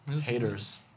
haters